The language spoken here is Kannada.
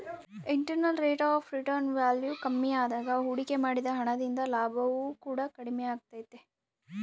internal rate of return value ಕಮ್ಮಿಯಾದಾಗ ಹೂಡಿಕೆ ಮಾಡಿದ ಹಣ ದಿಂದ ಲಾಭವು ಕೂಡ ಕಮ್ಮಿಯಾಗೆ ತೈತೆ